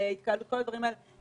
על התקהלות וכל הדברים האלה,